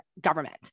government